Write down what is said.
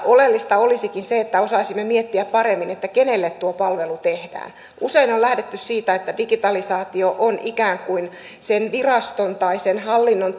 oleellista olisikin se että osaisimme miettiä paremmin kenelle tuo palvelu tehdään usein on lähdetty siitä että digitalisaatio on ikään kuin sen viraston tai hallinnon